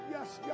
Yes